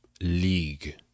league